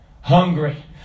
hungry